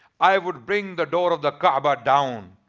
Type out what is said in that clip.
i would bring the door of the kaaba down.